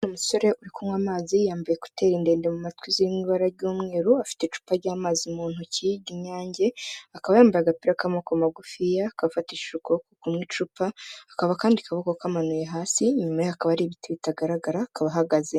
Umusore uri kunywa amazi, yambaye ekuteri ndende mu matwi ziri mu ibara ry'umweru, afite icupa ry'amazi mu ntoki ry'inyange, akaba yambaye agapira k'amaboko magufiya, akaba afatishije ukuboko kumwe icupa, akaba akandi kaboko akamanuye hasi, inyuma ye hakaba hari ibiti bitagaragara, akaba ahagaze.